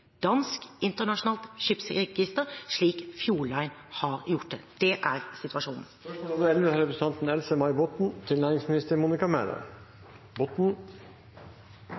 Dansk Internasjonalt Skipsregister – slik Fjord Line har gjort. Det er situasjonen.